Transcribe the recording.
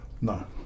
No